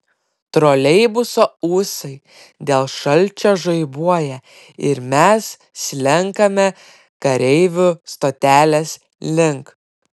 troleibuso ūsai dėl šalčio žaibuoja ir mes slenkame kareivių stotelės link